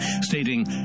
stating